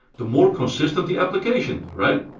the more consistent the application, right?